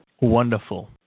Wonderful